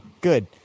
Good